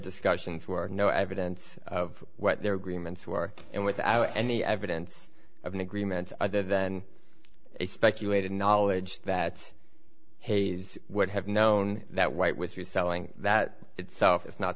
discussions were no evidence of what their agreements were and without any evidence of an agreement other than a speculated knowledge that hayes would have known that white was through selling that itself is not